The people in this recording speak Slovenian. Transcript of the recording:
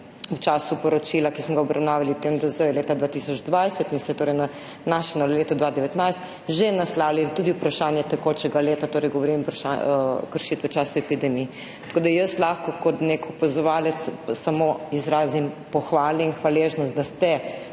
v času poročila, ki smo ga obravnavali DZ leta 2020 in se je torej nanašalo na leto 2019, naslavljali tudi vprašanje tekočega leta, govorim o kršitvah v času epidemije. Tako da lahko kot nek opazovalec samo izrazim pohvale in hvaležnost, da ste